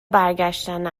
برگشتن